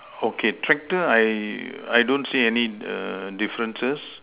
okay tractor I I don't see any err differences